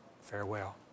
farewell